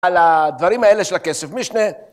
על הדברים האלה של הכסף. מישנה?